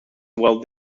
well